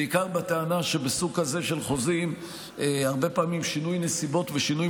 בעיקר בטענה שבסוג כזה של חוזים הרבה פעמים שינוי נסיבות ושינוי